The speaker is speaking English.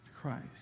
Christ